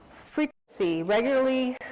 frequency, regularly,